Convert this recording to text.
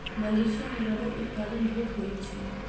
Malaysia में रबड़ उत्पादन बहुत होइत अछि